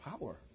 power